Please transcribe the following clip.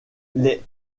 les